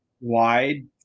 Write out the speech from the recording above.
wide